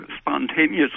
spontaneously